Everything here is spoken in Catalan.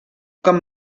com